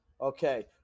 Okay